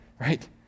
right